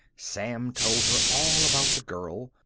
sam told her all about the girl,